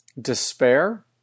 despair